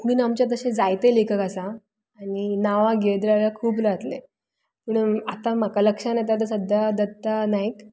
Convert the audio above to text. कोंकणीन आमच्या तशें जायते लेखक आसात आनी नांवां घेत रावल्यार खूब जातले पूण आतां म्हाका लक्षान येता तो सद्या दत्ता नायक